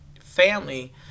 family